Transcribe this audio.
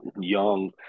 young